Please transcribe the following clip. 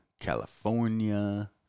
California